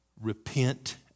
repent